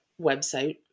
website